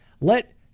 let